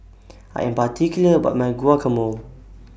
I Am particular about My Guacamole